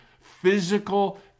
physical